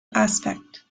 aspect